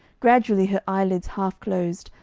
gradually her eyelids half closed,